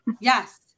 Yes